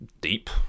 deep